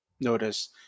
notice